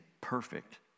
perfect